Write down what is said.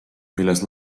milles